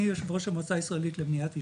אני יושב ראש המועצה הישראלית למניעת עישון,